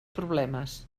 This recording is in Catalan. problemes